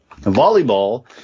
Volleyball